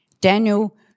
Daniel